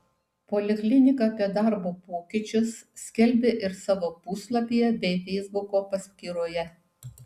poliklinika apie darbo pokyčius skelbia ir savo puslapyje bei feisbuko paskyroje